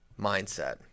mindset